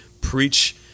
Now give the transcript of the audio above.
preach